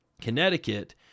Connecticut